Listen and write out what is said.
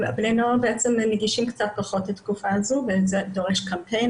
בני הנוער נגישים קצת פחות בתקופה הזאת ואם זה דורש קמפיין,